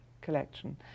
collection